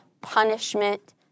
punishment